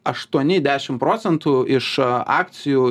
aštuoni dešim procentų iš akcijų